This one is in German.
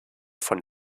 von